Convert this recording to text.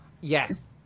Yes